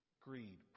greed